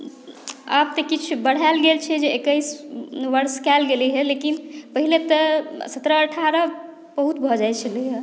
आब तऽ किछु बढ़ाएल गेल छै जे एकैस वर्ष कएल गेलै हेँ लेकिन पहिने तऽ सत्रह अठारह बहुत भऽ जाइत छलैए